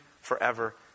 forever